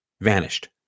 vanished